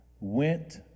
went